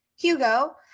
Hugo